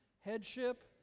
headship